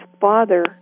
father